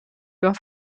für